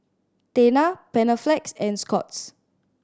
Tena Panaflex and Scott's